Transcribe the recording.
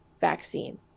vaccine